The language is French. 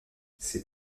ces